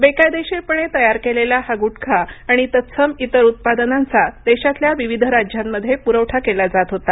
बेकायदेशीरपणे तयार केलेला हा गुटखा आणि तत्सम इतर उत्पादनांचा देशातल्या विविध राज्यांमध्ये पुरवठा केला जात होता